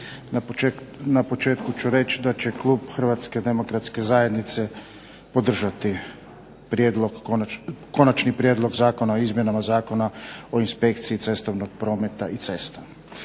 Na početku ću reći da će Kluba Hrvatske demokratske zajednice podržati prijedlog, Konačni prijedlog zakona o izmjenama Zakona o inspekciji cestovnog prometa i cesta.